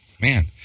man